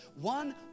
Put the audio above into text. one